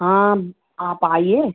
हाँ आप आइए